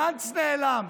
גנץ נעלם,